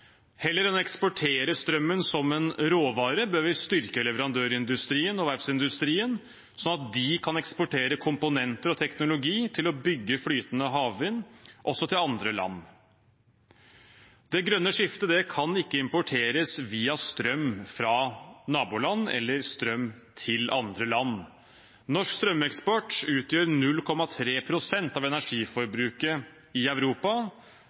Heller enn å eksportere strømmen som en råvare, bør vi styrke leverandørindustrien og verftsindustrien, sånn at de kan eksportere komponenter og teknologi til å bygge flytende havvind også i andre land. Det grønne skiftet kan ikke importeres via strøm fra naboland eller eksporteres via strøm til andre land. Norsk strømeksport utgjør 0,3 pst. av energiforbruket i Europa.